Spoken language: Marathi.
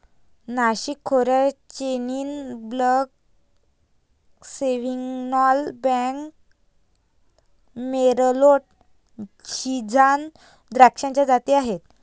नाशिक खोऱ्यात chenin blanc, sauvignon blanc, merlot, shiraz द्राक्षाच्या जाती आहेत